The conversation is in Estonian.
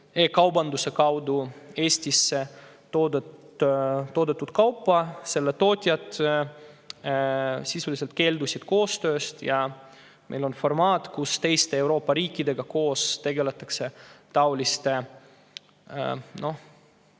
e‑kaubanduse kaudu Eestis [müüdud] kauba tootjad sisuliselt keeldusid koostööst. Meil on formaat, kuidas teiste Euroopa riikidega koos tegeletakse taoliste